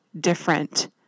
different